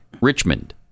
Richmond